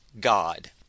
God